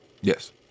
Yes